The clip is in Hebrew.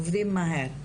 עובדים מהר,